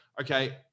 okay